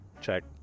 check